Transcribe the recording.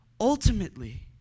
ultimately